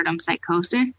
psychosis